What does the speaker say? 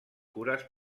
cures